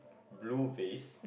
blue vase